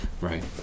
Right